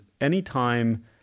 anytime